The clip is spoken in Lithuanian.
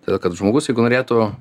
todėl kad žmogus jeigu norėtų